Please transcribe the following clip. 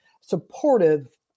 supportive